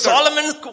Solomon's